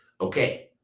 Okay